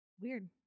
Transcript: Weird